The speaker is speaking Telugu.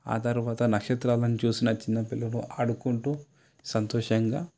ఆ తర్వాత నక్షత్రాలను చూసిన చిన్నపిల్లలు ఆడుకుంటూ సంతోషంగా